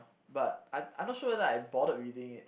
but I I'm not sure whether I bothered reading it